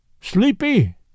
Sleepy